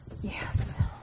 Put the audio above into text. Yes